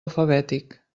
alfabètic